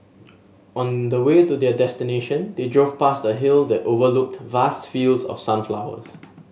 on the way to their destination they drove past a hill that overlooked vast fields of sunflowers